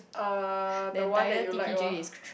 uh the one that you like orh